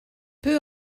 peu